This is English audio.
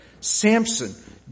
Samson